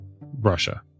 Russia